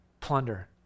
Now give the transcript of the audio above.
plunder